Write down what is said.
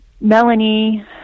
Melanie